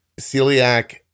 Celiac